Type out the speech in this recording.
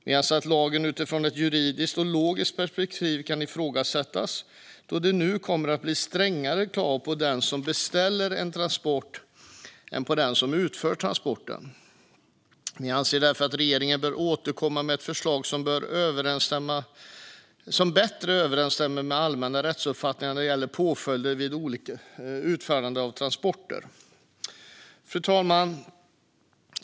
Vi anser att lagen utifrån ett juridiskt och logiskt perspektiv kan ifrågasättas då det nu kommer att bli strängare krav på den som beställer en transport än på den som utför transporten. Vi anser därför att regeringen bör återkomma med ett förslag som bättre överensstämmer med allmän rättsuppfattning när det gäller påföljderna vid otillåtet utförande av transport. Fru talman!